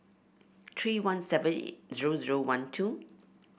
three one seven zero zero one two